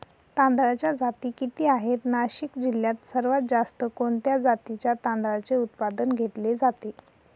तांदळाच्या जाती किती आहेत, नाशिक जिल्ह्यात सर्वात जास्त कोणत्या जातीच्या तांदळाचे उत्पादन घेतले जाते?